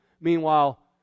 Meanwhile